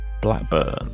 Blackburn